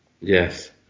Yes